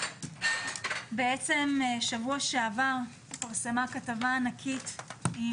בעצם שבוע שעבר פורסמה כתבה ענקית עם